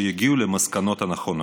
שיגיעו למסקנות הנכונות.